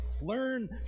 Learn